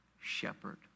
shepherd